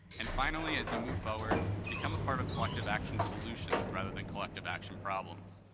and finally as you move forward, become a part of collective action solutions rather than collective action problems.